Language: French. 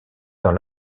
dans